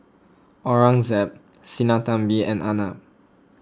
Aurangzeb Sinnathamby and Arnab